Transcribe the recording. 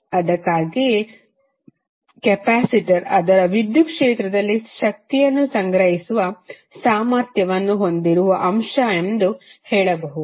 ಅದಕ್ಕಾಗಿಯೇ ಕೆಪಾಸಿಟರ್ ಅದರ ವಿದ್ಯುತ್ ಕ್ಷೇತ್ರದಲ್ಲಿ ಶಕ್ತಿಯನ್ನು ಸಂಗ್ರಹಿಸುವ ಸಾಮರ್ಥ್ಯವನ್ನು ಹೊಂದಿರುವ ಅಂಶ ಎಂದು ಹೇಳಬಹುದು